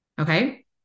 Okay